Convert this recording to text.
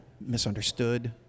misunderstood